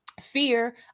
fear